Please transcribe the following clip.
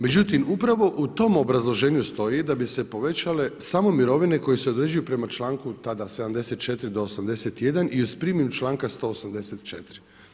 Međutim, upravo u tom obrazloženju stoji da bi se povećale samo mirovine koje se određuju prema članku tada 74. do 81. i uz primjenu članka 184.